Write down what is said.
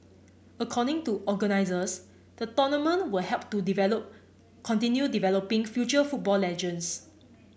according to organizers the tournament will help to develop continue developing future football legends